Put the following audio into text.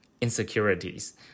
insecurities